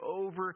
over